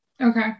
okay